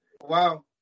Wow